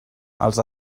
els